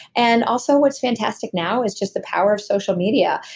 and also, what's fantastic now is just the power of social media.